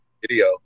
video